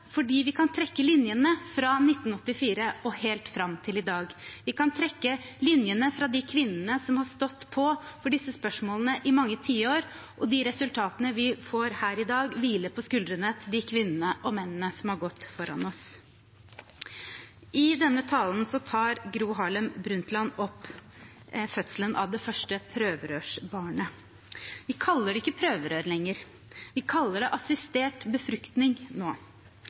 fordi vi kan trekke linjene fra 1984 og helt fram til i dag. Vi kan trekke linjene fra de kvinnene som har stått på for disse spørsmålene i mange tiår. De resultatene vi får her i dag, hviler på skuldrene til de kvinnene og mennene som har gått foran oss. I denne talen tar Gro Harlem Brundtland opp fødselen av det første prøverørsbarnet. Vi kaller det ikke prøverør lenger. Vi kaller det assistert befruktning nå.